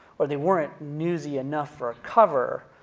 or they weren't newsy enough for a cover,